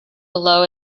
below